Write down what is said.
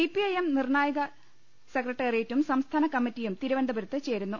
CPIM നിർണ്ണായക സെക്രട്ടറിയേറ്റും സംസ്ഥാന കമ്മിറ്റിയും തിരുവനന്തപുരത്ത് ചേരുന്നു